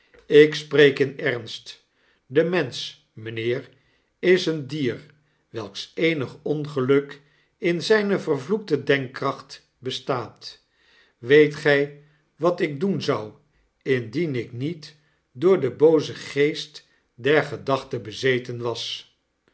ik spreek in ernst de mensch mijnheer is een dier welks eenig ongeluk in zyne vervloekte denkkracht bestaat weet gy wat ik doen zou indien ik niet door den boozen geest der gedachte bezeten was